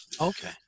Okay